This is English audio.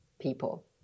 people